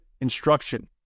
instruction